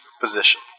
position